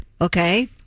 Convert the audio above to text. Okay